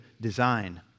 design